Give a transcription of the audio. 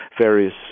various